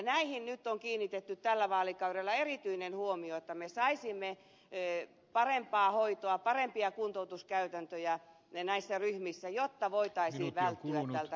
näihin nyt on kiinnitetty tällä vaalikaudella erityinen huomio että me saisimme parempaa hoitoa parempia kuntoutuskäytäntöjä näissä ryhmissä jotta voitaisiin välttyä näiltä runsailta määriltä työkyvyttömyyseläkkeitä